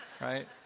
right